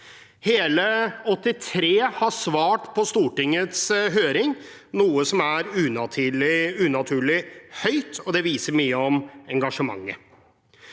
Hele 83 har svart på Stortingets høring, noe som er unaturlig høyt, og det viser mye om engasjementet.